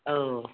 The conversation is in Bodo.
औ